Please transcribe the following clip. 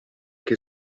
che